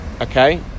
Okay